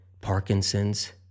Parkinson's